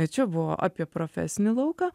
tai čia buvo apie profesinį lauką